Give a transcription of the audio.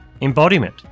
Embodiment